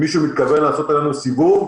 אם מישהו מתכוון "לעשות עלינו סיבוב"